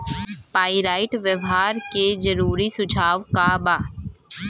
Pyrite व्यवहार के जरूरी सुझाव का वा?